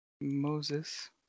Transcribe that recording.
Moses